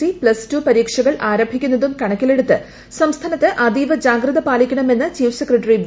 C plus two പരീക്ഷകൾ ആരംഭിക്കുന്നതും കണക്കിലെടുത്ത് സംസ്ഥാനത്ത് അതീവ ജാഗ്രത പാലിക്കണമെന്ന് ചീഫ് സെക്രട്ടറി വി